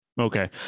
Okay